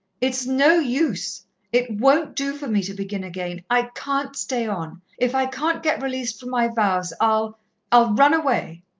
it's no use it won't do for me to begin again. i can't stay on. if i can't get released from my vows i'll i'll run away.